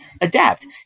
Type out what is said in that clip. adapt